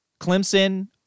Clemson